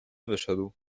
wyszedł